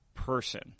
person